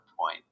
point